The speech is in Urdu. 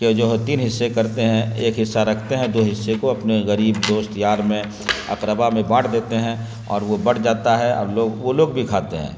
کہ جو ہو تین حصے کرتے ہیں ایک حصہ رکھتے ہیں دو حصے کو اپنے غریب دوست یار میں اقربا میں بانٹ دیتے ہیں اور وہ بٹ جاتا ہے اور لوگ وہ لوگ بھی کھاتے ہیں